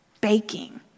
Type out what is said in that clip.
baking